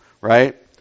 right